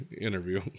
interview